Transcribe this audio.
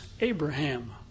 Abraham